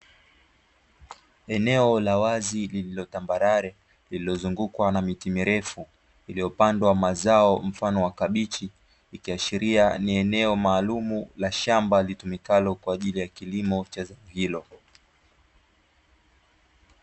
Eneo la wazi lililo tambarare lililozungukwa na miti mirefu, iliyopandwa mazao mfano wa kabichi, ikiashiria ni eneo maalumu la shamba litumikalo kwa ajili ya kilimo cha zao hilo.